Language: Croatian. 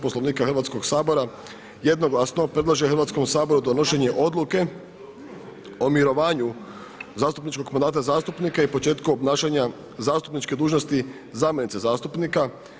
Poslovnika Hrvatskog sabora, jednoglasno predlaže Hrvatskom saboru donošenje odluke o mirovanju zastupničkog mandata zastupnika i početku obnašanja zastupničke dužnosti zamjenice zastupnika.